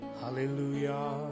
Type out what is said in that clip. Hallelujah